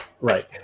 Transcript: Right